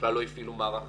בכלל לא הפעילו מערך